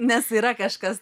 nes yra kažkas